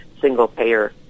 single-payer